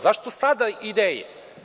Zašto sada ideje?